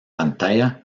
pantalla